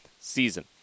season